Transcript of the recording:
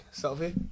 Selfie